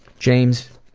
james,